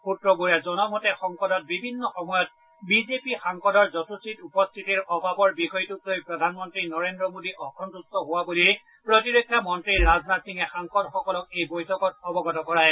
স্ত্ৰবোৰে জনোৱা মতে সংসদত বিভিন্ন সময়ত বিজেপি সাংসদৰ যথোচিত উপস্থিতিৰ অভাৱৰ বিষয়টোক লৈ প্ৰধানমন্ত্ৰী নৰেন্দ্ৰ মোদী অসন্তেষ্ট হোৱা বুলি প্ৰতিৰক্ষা মন্ত্ৰী ৰাজনাথ সিঙে সাংসদসকলক এই বৈঠকত অৱগত কৰায়